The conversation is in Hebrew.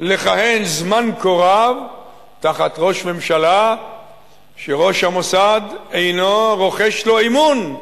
לכהן זמן כה רב תחת ראש ממשלה שראש המוסד אינו רוחש לו אמון,